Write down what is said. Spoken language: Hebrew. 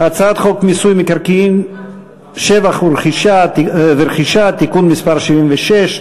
אני קובע כי הצעת חוק שירות ביטחון (הוראת שעה) (תיקון מס' 15),